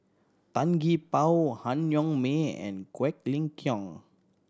Tan Gee Paw Han Yong May and Quek Ling Kiong